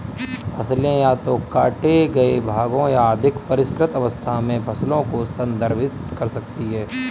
फसलें या तो काटे गए भागों या अधिक परिष्कृत अवस्था में फसल को संदर्भित कर सकती हैं